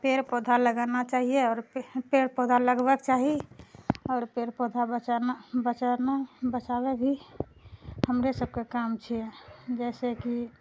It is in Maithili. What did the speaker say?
पेड़ पौधा लगाना चाहिए आओर पेड़ पौधा लगबैके चाही आओर पेड़ पौधा बचाना बचाना बचावै भी हमरे सबके काम छै जैसे कि